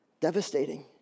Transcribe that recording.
Devastating